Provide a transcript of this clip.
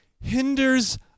hinders